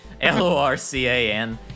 L-O-R-C-A-N